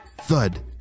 Thud